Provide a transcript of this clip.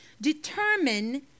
determine